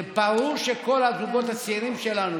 זה ברור שכל הזוגות הצעירים שלנו,